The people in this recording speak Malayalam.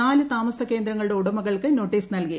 നാല് താമസ കേന്ദ്രങ്ങളുടെ ഉടമകൾക്ക് നോട്ടീസ് നൽകി